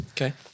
Okay